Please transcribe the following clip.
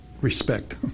respect